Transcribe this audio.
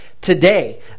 today